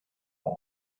அந்த